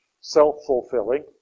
self-fulfilling